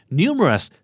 numerous